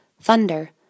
thunder